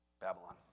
Babylon